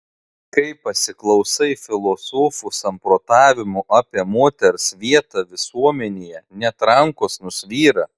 kai pasiklausai filosofų samprotavimų apie moters vietą visuomenėje net rankos nusvyra